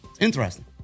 Interesting